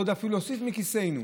עוד אפילו להוסיף מכיסנו,